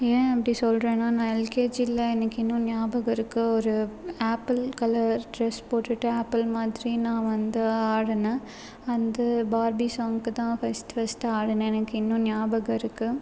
ஏன் அப்படி சொல்கிறனா நான் எல்கேஜில் எனக்கு இன்னும் ஞாபகம் இருக்குது ஒரு ஆப்பிள் கலர் ட்ரெஸ் போட்டுட்டு ஆப்பிள் மாதிரி நான் வந்து ஆடுனேன் அந்த பார்பி சாங்க்கு தான் ஃபஸ்டு ஃபஸ்டு ஆடுனேன் எனக்கு இன்னும் ஞாபகம் இருக்குது